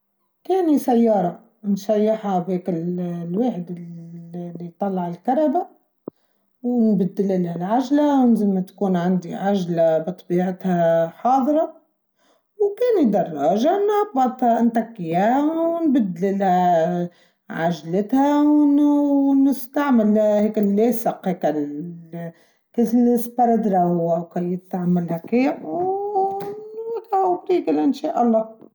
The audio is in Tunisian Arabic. كان سياراً نشيحها بيك الواحد اللي طلع الكربة ونبدل لها العجلة ولازم ما تكون عندي عجلة بطبيعتها حاضرة وكان دراجة نبضها نتكياها ونبدلها عجلتها ونستعمل هكا الليسق هكا تسلس برادرا وكي يتعاملها هاكي وووو كهو تدور انشاء الله.